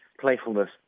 playfulness